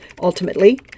Ultimately